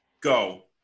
Go